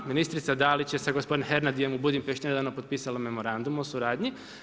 Ministrica Dalić je sa gospodinom Hernandyem u Budimpešti nedavno potpisala memorandum o suradnju.